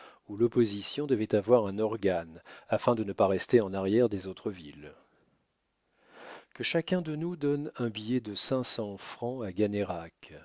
où l'opposition devait avoir un organe afin de ne pas rester en arrière des autres villes que chacun de nous donne un billet de cinq cents francs à